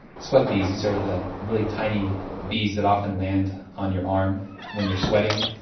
sweat bees, these are the really tiny bees that often land on your arm when you're sweating,